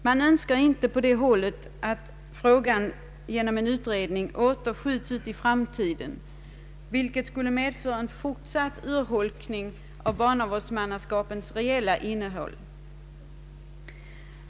Man önskar inte på det hållet att frågan genom en utredning åter skjuts på framtiden, vilket skulle medföra en fortsatt urholkning av barnavårdsmannaskapens reella innehåll.